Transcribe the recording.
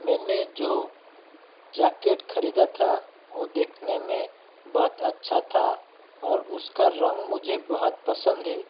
मैंने जो जैकेट खरीदा था ओ देखने में बहुत अच्छा था और उसका रंग मुझे बहुत पसंद है